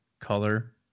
color